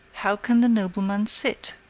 how can the nobleman sit?